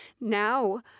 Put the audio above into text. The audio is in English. now